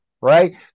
right